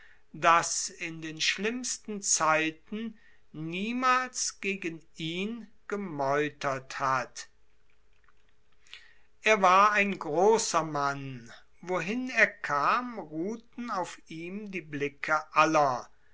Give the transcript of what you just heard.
das in den schlimmsten zeiten niemals gegen ihn gemeutert hat er war ein grosser mann wohin er kam ruhten auf ihm die blicke aller